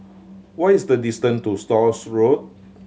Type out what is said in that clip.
what is the distant ce to Stores Road